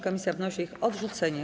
Komisja wnosi o ich odrzucenie.